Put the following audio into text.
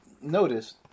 notice